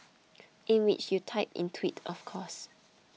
in which you typed in twit of course